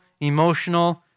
emotional